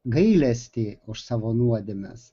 gailestį už savo nuodėmes